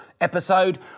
episode